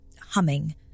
humming